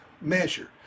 measure